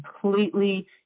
completely